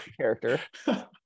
character